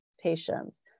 patients